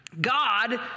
God